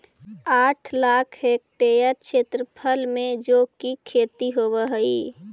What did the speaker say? आठ लाख हेक्टेयर क्षेत्रफल में जौ की खेती होव हई